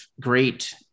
great